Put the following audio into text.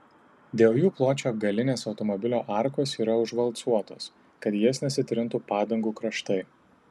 dėl jų pločio galinės automobilio arkos yra užvalcuotos kad į jas nesitrintų padangų kraštai